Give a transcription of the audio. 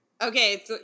Okay